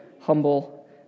humble